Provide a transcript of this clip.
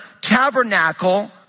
tabernacle